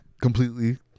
Completely